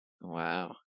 Wow